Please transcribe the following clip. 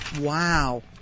Wow